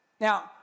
Now